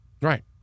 Right